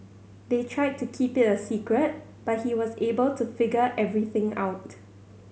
they tried to keep it a secret but he was able to figure everything out